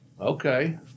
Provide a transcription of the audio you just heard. Okay